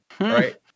Right